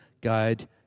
guide